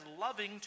loving